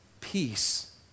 Peace